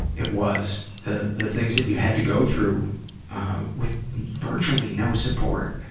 it was the the things that you had to go through with virtually no support.